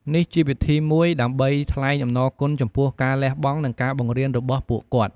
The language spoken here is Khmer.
នេះជាវិធីមួយដើម្បីថ្លែងអំណរគុណចំពោះការលះបង់ និងការបង្រៀនរបស់ពួកគាត់។